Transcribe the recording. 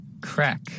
Crack